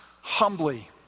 humbly